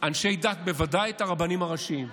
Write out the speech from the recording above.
אנשי דת, בוודאי את הרבנים הראשיים.